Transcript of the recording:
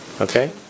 Okay